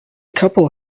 couple